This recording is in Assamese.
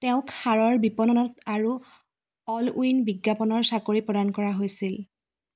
তেওঁক সাৰৰ বিপণনত আৰু অল উইন বিজ্ঞাপনৰ চাকৰি প্ৰদান কৰা হৈছিল